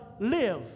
live